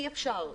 אי אפשר.